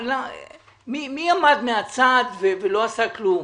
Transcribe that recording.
מי עמד מהצד ולא עשה כלום?